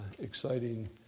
exciting